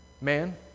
Man